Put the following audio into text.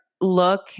look